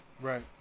Right